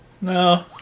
no